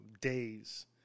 days